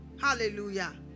hallelujah